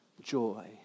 joy